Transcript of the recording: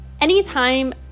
anytime